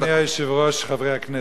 אדוני היושב-ראש, חברי הכנסת,